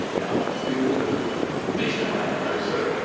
yeah. theaters everywhere. nationwide. that's what they say,